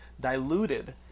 diluted